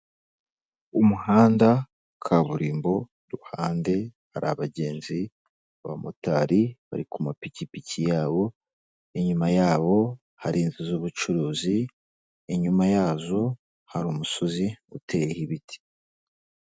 Umuhanda, kaburimbo, iruhande hari abagenzi, abamotari bari ku mapikipiki yabo, inyuma yabo hari inzu z'ubucuruzi, inyuma yazo hari umusozi uteye ibiti.